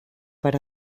per